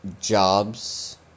jobs